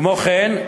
כמו כן,